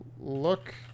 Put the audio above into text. Look